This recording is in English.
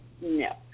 No